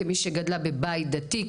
כמי שגדלה בבית דתי,